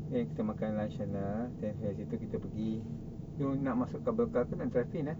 then kita makan lunch sana then kat situ kita pergi you nak masuk cable car ke nak drive in eh